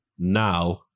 Now